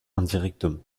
indirectement